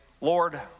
Lord